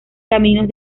caminos